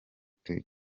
turi